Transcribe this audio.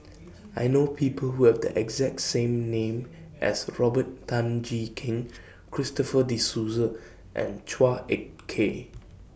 I know People Who Have The exact same name as Robert Tan Jee Keng Christopher De Souza and Chua Ek Kay